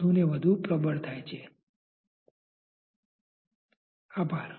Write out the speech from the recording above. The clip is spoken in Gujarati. ફરીથી ચાલુ રાખીશું